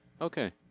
okay